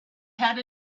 had